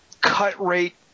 cut-rate